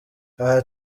aha